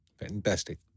Fantastic